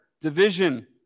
division